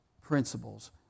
principles